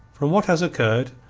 from what has occurred,